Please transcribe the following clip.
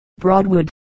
Broadwood